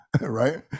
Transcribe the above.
right